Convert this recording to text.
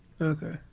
Okay